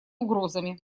угрозами